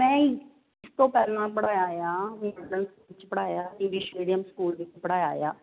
ਮੈਂ ਇਸ ਤੋਂ ਪਹਿਲਾਂ ਪੜ੍ਹਾਇਆ ਆ ਮੋਜਰਨ ਸਕੂਲ 'ਚ ਪੜ੍ਹਾਇਆ ਇੰਗਲਿਸ਼ ਮੀਡੀਅਮ ਸਕੂਲ 'ਚ ਪੜ੍ਹਾਇਆ ਆ